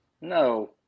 No